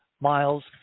miles